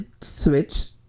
switch